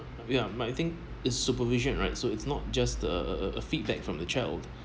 ya but I think it's supervision right so it's not just the feedback from the child